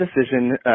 decision